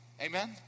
Amen